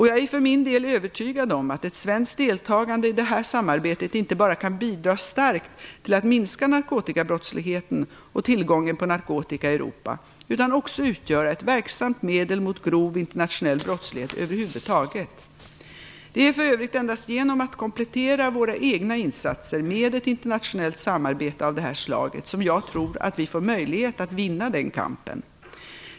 Jag är för min del övertygad om att ett svenskt deltagande i detta samarbete inte bara kan bidra starkt till att minska narkotikabrottsligheten och tillgången på narkotika i Europa, utan också utgöra ett verksamt medel mot grov internationell brottslighet över huvud taget. Det är för övrigt endast genom att komplettera våra egna insatser med ett internationellt samarbete av det här slaget som jag tror att vi får möjlighet att vinna den kampen.